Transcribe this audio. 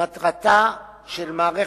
מטרתה של מערכת,